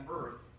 Earth